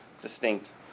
distinct